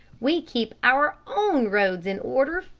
we keep our own roads in order.